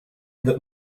that